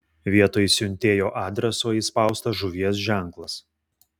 vietoj siuntėjo adreso įspaustas žuvies ženklas